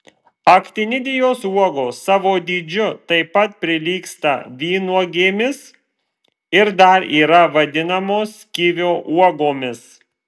aktinidijos uogos savo dydžiu taip pat prilygsta vynuogėmis ir dar yra vadinamos kivio uogomis